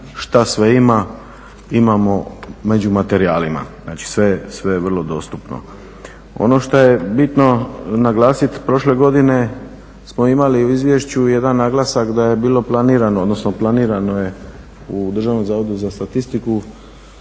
što sve ima, imamo među materijalima. Znači, sve je vrlo dostupno. Ono što je bitno naglasiti, prošle godine smo imali u izvješću jedan naglasak da je bilo planirano, odnosno planirano je u Državnom zavodu za statistiku